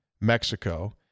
Mexico